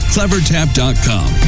Clevertap.com